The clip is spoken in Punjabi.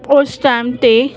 ਉਸ ਟਾਇਮ 'ਤੇ